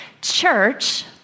church